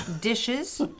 dishes